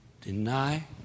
deny